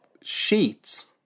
sheets